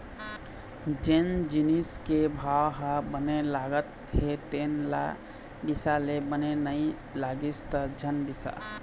जेन जिनिस के भाव ह बने लागत हे तेन ल बिसा ले, बने नइ लागिस त झन बिसा